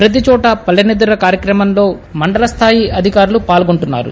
పతిచోటా పల్లెనిద్ర కార్యక్రమంలో మండల స్థాయి అధికారులు పాల్గొంటున్నారు